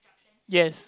yes